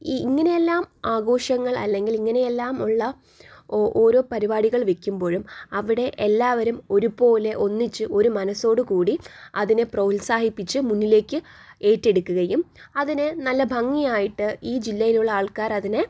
ഈ ഇങ്ങനെയെല്ലാം ആഘോഷങ്ങൾ അല്ലെങ്കിൽ ഇങ്ങനെയെല്ലാം ഉള്ള ഒ ഓരോ പരിപാടികൾ വയ്ക്കുമ്പോഴും അവിടെ എല്ലാവരും ഒരുപോലെ ഒന്നിച്ച് ഒരു മനസ്സോടു കൂടി അതിനെ പ്രോത്സാഹിപ്പിച്ചു മുന്നിലേക്ക് ഏറ്റെടുക്കുകയും അതിന് നല്ല ഭംഗിയായിട്ട് ഈ ജില്ലയിലുള്ള ആൾക്കാർ അതിനെ